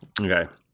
Okay